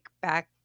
back